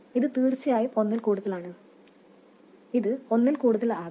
ഇത് തീർച്ചയായും ഒന്നിൽ കൂടുതൽ ആണ് ഇത് ഒന്നിൽ കൂടുതൽ ആകാം